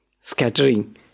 scattering